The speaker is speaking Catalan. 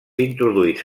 introduïts